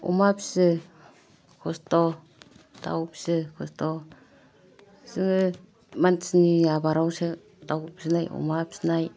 अमा फियो खस्थ' दाव फियो खस्थ' जोङो मानसिनि आबारावसो दाव फिनाय अमा फिनाय